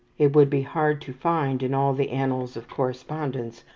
it would be hard to find, in all the annals of correspondence,